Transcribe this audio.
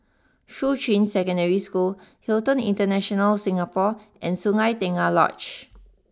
Shuqun Secondary School Hilton International Singapore and Sungei Tengah Lodge